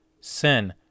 Sin